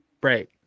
break